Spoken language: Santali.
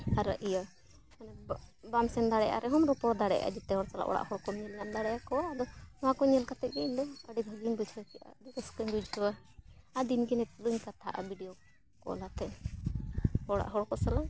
ᱟᱨ ᱤᱭᱟᱹ ᱢᱟᱱᱮ ᱵᱟᱢ ᱥᱮᱱ ᱫᱟᱲᱮᱭᱟᱜ ᱨᱮᱦᱚᱸᱢ ᱨᱚᱯᱚᱲ ᱫᱟᱲᱮᱭᱟᱜᱼᱟ ᱡᱷᱚᱛᱚ ᱦᱚᱲ ᱥᱟᱞᱟᱜ ᱚᱲᱟᱜ ᱦᱚᱲ ᱠᱚᱢ ᱧᱮᱞ ᱧᱟᱢ ᱫᱟᱲᱮᱭᱟᱠᱚᱣᱟ ᱟᱫᱚ ᱱᱚᱣᱟ ᱠᱚ ᱧᱮᱞ ᱠᱟᱛᱮᱫ ᱜᱮ ᱤᱧ ᱫᱚ ᱟᱹᱰᱤ ᱵᱷᱟᱹᱜᱤᱧ ᱵᱩᱡᱷᱟᱹᱣ ᱠᱮᱜᱼᱟ ᱟᱹᱰᱤ ᱨᱟᱹᱥᱠᱟᱹᱧ ᱵᱩᱡᱷᱟᱹᱣᱟ ᱟᱨ ᱫᱤᱱᱜᱮ ᱱᱤᱛᱳᱜ ᱫᱚᱧ ᱠᱟᱛᱷᱟᱜᱼᱟ ᱵᱷᱤᱰᱤᱭᱳ ᱠᱚᱞ ᱠᱟᱛᱮᱫ ᱚᱲᱟᱜ ᱦᱚᱲ ᱠᱚ ᱥᱟᱞᱟᱜ